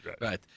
Right